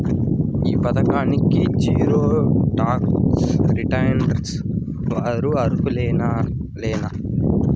ఈ పథకానికి zero tax returns వారు అర్హులేనా లేనా?